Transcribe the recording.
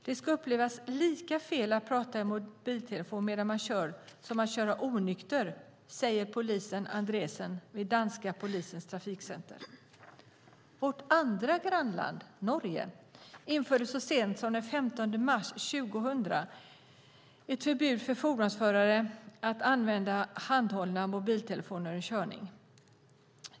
Det ska upplevas lika fel att prata i mobiltelefon medan man kör som att köra onykter, säger polisen Andresen vid danska polisens trafikcenter. Vårt andra grannland, Norge, införde så sent som den 15 mars 2000 ett förbud för fordonsförare att använda handhållna mobiltelefoner under körning.